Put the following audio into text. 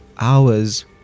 hours